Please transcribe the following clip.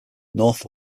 north